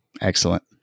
Excellent